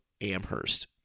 Amherst